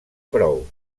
prou